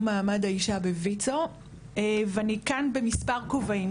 מעמד האישה בויצ"ו ואני כאן במספר כובעים,